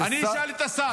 אני אשאל את השר.